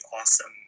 awesome